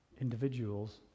individuals